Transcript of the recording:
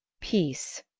peace,